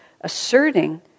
asserting